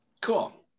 Cool